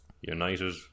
United